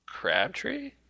Crabtree